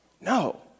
No